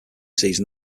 season